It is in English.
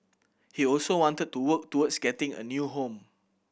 he also wanted to work towards getting a new home